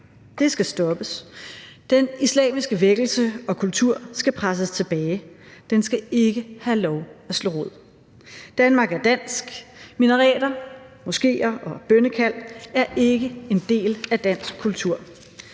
Det skal stoppes. Den islamiske vækkelse og kultur skal presses tilbage, den skal ikke have lov at slå rod. Danmark er dansk. Minareter, moskéer og bønnekald er ikke en del af dansk kultur.